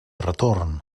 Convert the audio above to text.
retorn